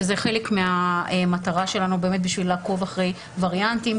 שזה חלק מהמטרה שלנו כדי לעקוב אחרי וריאנטים.